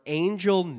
angel